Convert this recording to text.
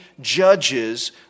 judges